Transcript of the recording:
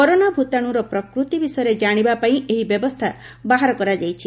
corona ଭୂତାଣୁର ପ୍ରକୃତି ବିଷୟରେ ଜାଶିବା ପାଇଁ ଏହି ବ୍ୟବସ୍ଥା ବାହାର କରାଯାଇଛି